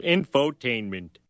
Infotainment